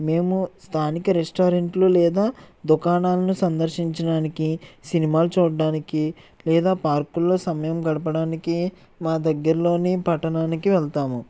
మేము స్థానిక రెస్టారెంట్లు లేదా దుకాణాలను సందర్శించడానికి సినిమాలు చూడడానికి లేదా పార్కుల్లో సమయం గడపడానికి మా దగ్గరలోని పట్టణానికి వెళ్తాము